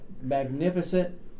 magnificent